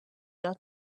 not